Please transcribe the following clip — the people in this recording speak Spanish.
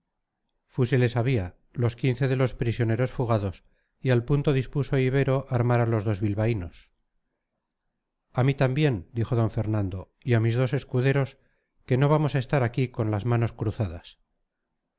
fusiles había los quince de los prisioneros fugados y al punto dispuso ibero armar a los dos bilbaínos a mí también dijo d fernando y a mis dos escuderos que no vamos a estar aquí con las manos cruzadas